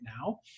now